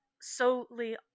solely